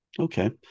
Okay